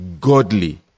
godly